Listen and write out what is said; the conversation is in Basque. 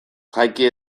jaiki